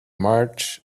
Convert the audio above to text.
march